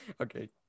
okay